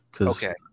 Okay